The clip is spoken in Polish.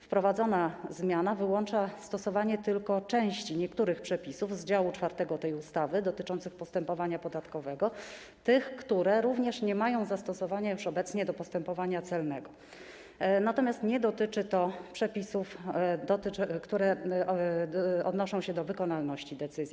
Wprowadzana zmiana wyłącza stosowanie tylko niektórych przepisów z działu 4 tej ustawy dotyczących postępowania podatkowego, tych, które również nie mają zastosowania obecnie do postępowania celnego, natomiast nie dotyczy to przepisów, które odnoszą się do wykonalności decyzji.